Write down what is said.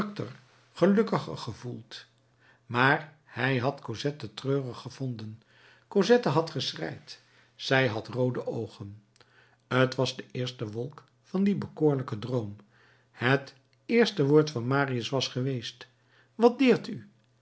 gelukkiger gevoeld maar hij had cosette treurig gevonden cosette had geschreid zij had roode oogen t was de eerste wolk van dien bekoorlijken droom het eerste woord van marius was geweest wat deert u